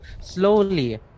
slowly